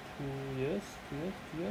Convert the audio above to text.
two years two years two years